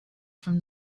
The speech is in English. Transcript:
from